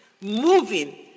moving